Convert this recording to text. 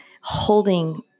holding